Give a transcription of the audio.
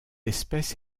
espèce